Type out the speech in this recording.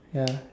ya